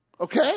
Okay